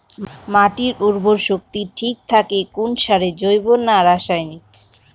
মাটির উর্বর শক্তি ঠিক থাকে কোন সারে জৈব না রাসায়নিক?